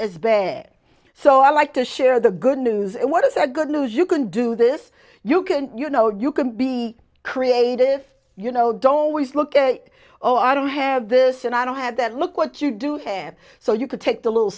as bad so i like to share the good news and what is that good news you can do this you can you know you can be creative you know don't waste look at it oh i don't have this and i don't have that look what you do have so you could take the little